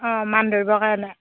অঁ মান ধৰিবৰ কাৰণে